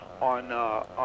on